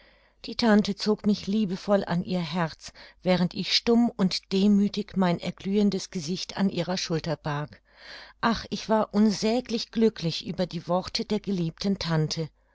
die tante zog mich liebevoll an ihr herz während ich stumm und demüthig mein erglühendes gesicht an ihrer schulter barg ach ich war unsäglich glücklich über die worte der geliebten tante